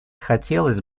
хотелось